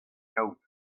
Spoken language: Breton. kaout